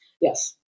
Yes